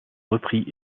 repris